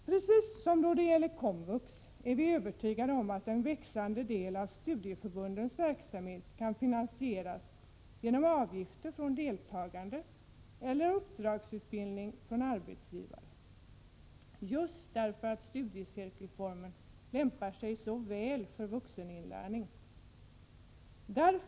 Precis som då det gäller komvux är vi övertygade om att en växande del av studieförbundens verksamhet kan finansieras genom avgifter från de deltagande eller genom uppdragsutbildning för arbetsgivares räkning, just därför att studiecirkelformen lämpar sig så väl för vuxeninlärning.